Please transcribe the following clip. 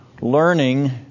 Learning